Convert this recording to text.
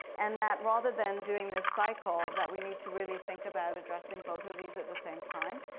and that rather than doing this cycle that we need to really think about addressing both of these at the same time.